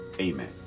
amen